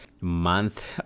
month